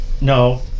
no